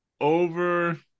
over